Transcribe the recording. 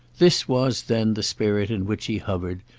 this was then the spirit in which he hovered,